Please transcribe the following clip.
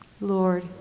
Lord